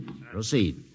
Proceed